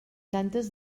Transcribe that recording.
tantes